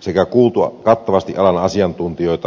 sekä kuultu kattavasti alan asiantuntijoita